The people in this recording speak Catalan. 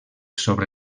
sobre